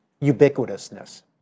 ubiquitousness